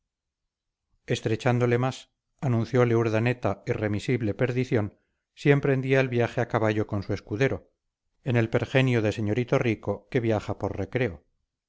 estrechándole más anunciole urdaneta irremisible perdición si emprendía el viaje a caballo con su escudero en el pergenio de señorito rico que viaja por recreo